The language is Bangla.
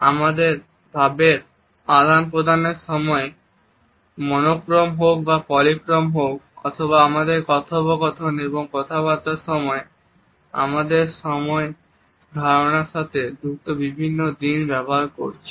আমাদের ভাবের আদান প্রদানের মধ্যে সময় মনোক্রোম হোক বা পলিক্রোম হোক অথবা আমাদের কথোপকথন এবং কথাবার্তার সময় আমরা সময়ের ধারণার সাথে যুক্ত বিভিন্ন দিন ব্যবহার করছি